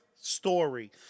story